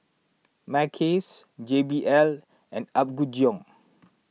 Mackays J B L and Apgujeong